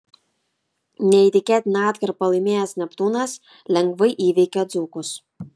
neįtikėtiną atkarpą laimėjęs neptūnas lengvai įveikė dzūkus